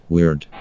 Weird